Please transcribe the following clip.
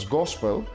gospel